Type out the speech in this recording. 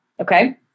okay